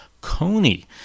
Coney